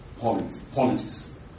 politics